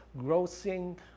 grossing